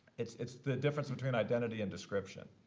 it's it's the difference between identity and description,